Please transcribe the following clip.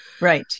right